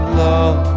love